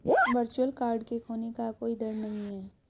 virtual card के खोने का कोई दर नहीं है